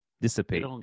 dissipate